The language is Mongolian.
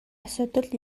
асуудал